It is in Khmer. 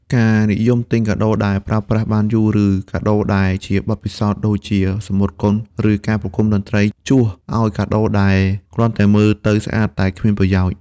ការនិយមទិញកាដូដែលប្រើប្រាស់បានយូរ ឬកាដូដែលជាបទពិសោធន៍ ដូចជាសំបុត្រកុន ឬ ការប្រគំតន្ត្រី ជួសឱ្យកាដូដែលគ្រាន់តែមើលទៅស្អាតតែគ្មានប្រយោជន៍។